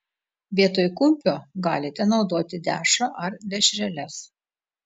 vietoj kumpio galite naudoti dešrą ar dešreles